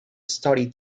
study